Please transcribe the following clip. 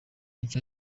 nshya